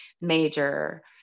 major